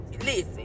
Listen